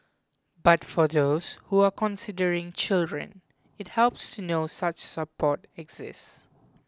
but for those who are considering children it helps to know such support exists